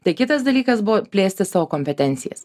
tai kitas dalykas buvo plėsti savo kompetencijas